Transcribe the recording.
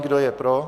Kdo je pro?